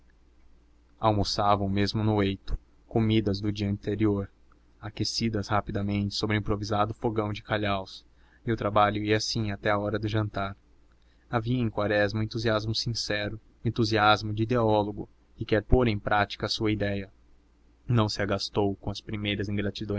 provocava almoçavam mesmo no eito comidas do dia anterior aquecidas rapidamente sobre um improvisado fogão de calhaus e o trabalho ia assim até à hora do jantar havia em quaresma um entusiasmo sincero entusiasmo de ideólogo que quer pôr em prática a sua idéia não se agastou com as primeiras ingratidões